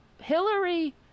Hillary